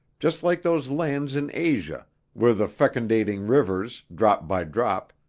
just like those lands in asia where the fecundating rivers, drop by drop,